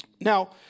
Now